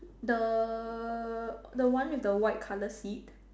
the the one with the white colour seat